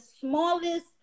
smallest